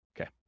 Okay